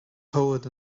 poet